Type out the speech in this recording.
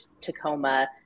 Tacoma